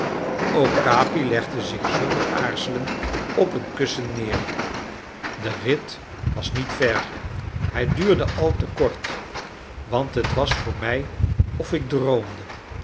ook capi legde zich zonder aarzelen op een kussen meer de rit was niet ver hij duurde al te kort want het was voor mij of ik droomde